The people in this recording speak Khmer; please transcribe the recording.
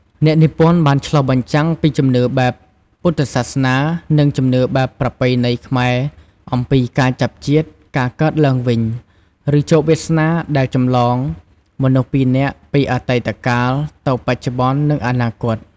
អ្នកនិពន្ធបានឆ្លុះបញ្ចាំងពីជំនឿបែបពុទ្ធសាសនា នឹងជំនឿបែបប្រពៃណីខ្មែរអំពីការចាប់ជាតិ ការកើតឡើងវិញ ឬជោគវាសនាដែលចម្លងមនុស្សពីរនាក់ពីអតីតកាលទៅបច្ចុប្បន្ន និងអនាគត ។